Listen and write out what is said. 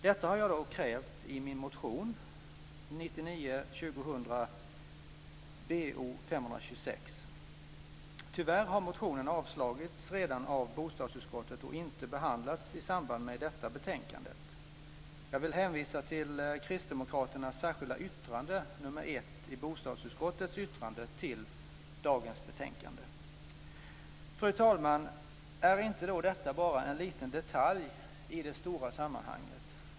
Detta har jag då krävt i min motion 1999/2000:Bo526. Tyvärr har motionen avstyrkts redan av bostadsutskottet och inte behandlats i samband med detta betänkande. Jag vill hänvisa till Fru talman! Är inte detta bara en liten detalj i det stora sammanhanget?